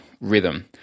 rhythm